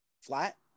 flat